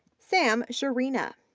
sam shurina,